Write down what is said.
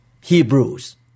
Hebrews